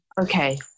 Okay